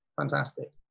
fantastic